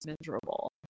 miserable